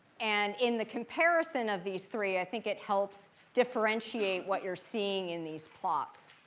and in the comparison of these three, i think it helps differentiate what you're seeing in these plots.